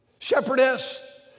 Shepherdess